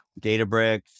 Databricks